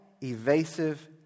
evasive